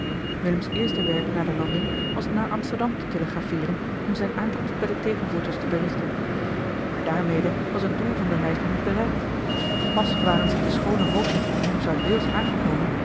willems eerste werk na de landing was naar amsterdam te telegrapheeren om zijne aankomst bij de tegenvoeters te berichten maar daarmede was het doel van de reis nog niet bereikt pas waren ze in de schoone hoofdstad van nieuw zuid wales aangekomen